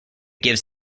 gives